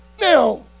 Now